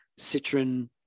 Citroen